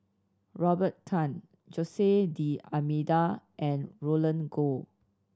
Robert Tan Jose D'Almeida and Roland Goh